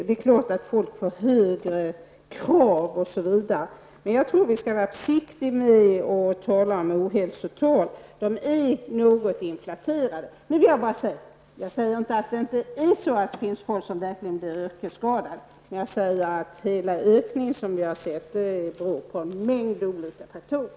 Det är klart att folk får högre krav osv., men jag tror att vi skall vara försiktiga med att tala om ohälsotal. De är något inflaterade. Jag säger inte att det inte är så att det finns folk som verkligen blir yrkesskadade, men jag säger att hela ökningen som vi har sett beror på en mängd olika faktorer.